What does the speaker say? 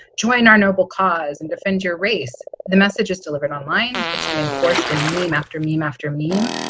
join our noble cause and defend your race. the message is delivered online. it's reinforced in meme after meme after meme.